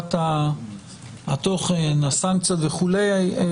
לסוגית התוכן, לסנקציות וכולי.